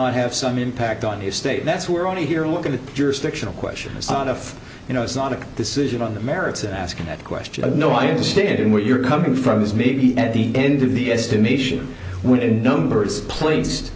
not have some impact on a state that's we're only here looking at jurisdictional questions on if you know it's not a decision on the merits of asking that question i know i understand where you're coming from this may be at the end of the estimation when numbers placed